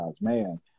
man